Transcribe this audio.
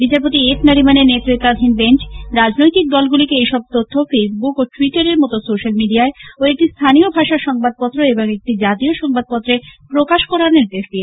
বিচারপতি এফ নরিম্যানের নেতৃত্বাধীন বেঞ্চ রাজনৈতিক দলগুলিকে এইসব তথ্য ফেসবুক ও ট্যুইটারের মতো সোশ্যাল মিডিয়ায় ও একটি স্থানীয় ভাষার সংবাদপত্র এবং একটি জাতীয় সংবাদপত্রে প্রকাশ করার নির্দেশ দিয়েছে